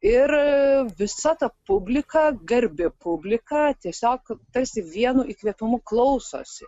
ir visa ta publika garbi publika tiesiog tarsi vienu įkvėpimu klausosi